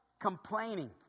complaining